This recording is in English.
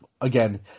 again